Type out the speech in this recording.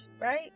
right